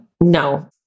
No